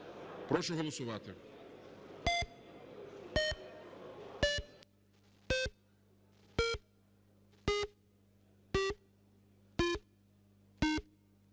Прошу голосувати.